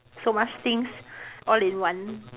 so much things all in one